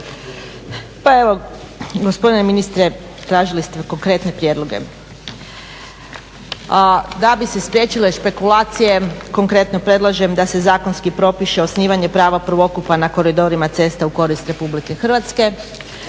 Pa evo gospodine ministre tražili ste me konkretne prijedloge, a da bi se spriječile špekulacije konkretno predlažem da se zakonski propiše osnivanje prava prvokupa na koridorima cesta u korist Republike Hrvatske,